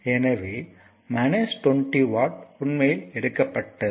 எனவே இது 20 வாட் உண்மையில் எடுக்கப்பட்டது